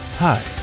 Hi